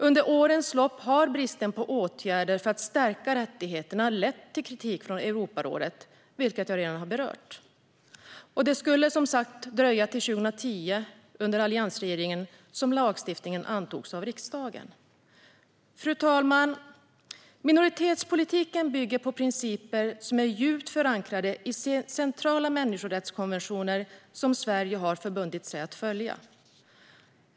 Under årens lopp har bristen på åtgärder för att stärka deras rättigheter lett till kritik från Europarådet, vilket jag redan berört, och det skulle som sagt dröja till 2010 - under alliansregeringen - innan lagstiftningen antogs av riksdagen. Fru talman! Minoritetspolitiken bygger på principer som är djupt förankrade i centrala människorättskonventioner som Sverige har förbundit sig att följa.